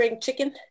chicken